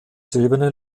silberne